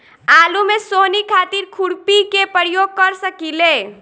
आलू में सोहनी खातिर खुरपी के प्रयोग कर सकीले?